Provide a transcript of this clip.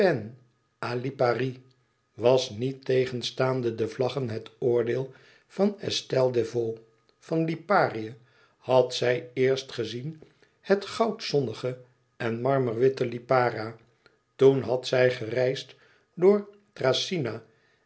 was niettegenstaande de vlaggen het oordeel van estelle desvaux van liparië had zij eerst gezien het goudzonnige en marmerwitte lipara toen had zij gereisd door thracyna